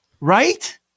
Right